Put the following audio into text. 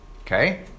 Okay